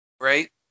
Right